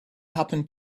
happen